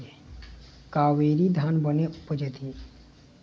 कावेरी धान बने उपजथे?